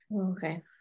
Okay